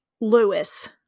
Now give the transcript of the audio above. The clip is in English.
Lewis